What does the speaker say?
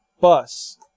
bus